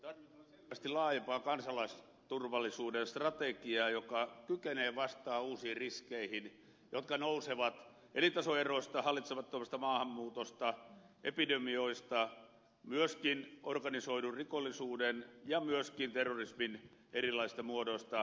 me tarvitsemme selvästi laajempaa kansalaisturvallisuuden strategiaa joka kykenee vastaamaan uusiin riskeihin jotka nousevat elintasoeroista hallitsemattomasta maahanmuutosta epidemioista myöskin organisoidun rikollisuuden ja terrorismin erilaisista muodoista